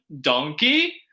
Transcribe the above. Donkey